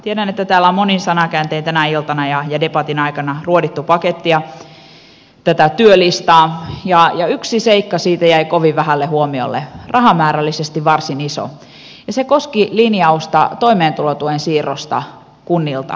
tiedän että täällä on monin sanankääntein tänä iltana ja debatin aikana ruodittu pakettia tätä työlistaa ja yksi seikka siitä jäi kovin vähälle huomiolle rahamäärällisesti varsin iso ja se koski linjausta toimeentulotuen siirrosta kunnilta kelalle